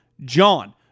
JOHN